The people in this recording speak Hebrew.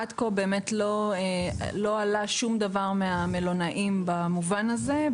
עד כה לא עלה שום דבר מהמלונאים במובן הזה.